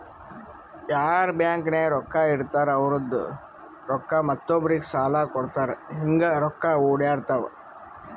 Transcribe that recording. ಯಾರ್ ಬ್ಯಾಂಕ್ ನಾಗ್ ರೊಕ್ಕಾ ಇಡ್ತಾರ ಅವ್ರದು ರೊಕ್ಕಾ ಮತ್ತೊಬ್ಬರಿಗ್ ಸಾಲ ಕೊಡ್ತಾರ್ ಹಿಂಗ್ ರೊಕ್ಕಾ ಒಡ್ಯಾಡ್ತಾವ